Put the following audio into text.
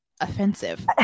offensive